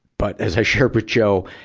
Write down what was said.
but, as i shared with joe,